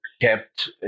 kept